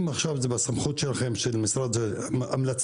אם עכשיו זה בסמכות שלכם, המלצה